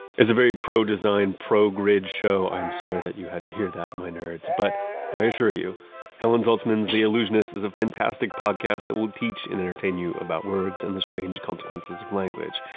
a very pro-design, pro-grid show, i'm sorry that you had to hear that, my nerds, but i assure you helen zaltzman's the allusionist is a fantastic podcast that will teach and entertain you about words and the strange consequences of language.